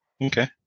Okay